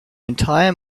entire